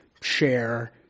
share